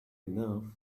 enough